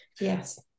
yes